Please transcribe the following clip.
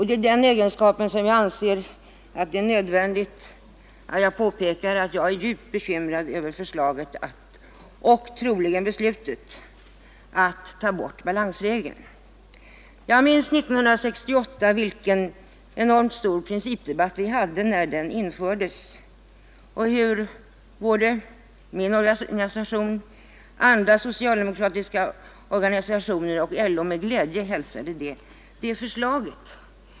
Det är i denna egenskap jag anser det nödvändigt att påpeka att jag är djupt bekymrad över förslaget — och troligen även beslutet — att ta bort balansregeln. Jag minns den stora principdebatt vi hade när den år 1968 infördes och hur både min organisation, andra socialdemokratiska organisationer och LO med glädje hälsade förslaget.